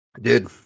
Dude